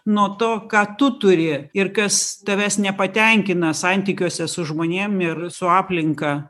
nuo to ką tu turi ir kas tavęs nepatenkina santykiuose su žmonėm ir su aplinka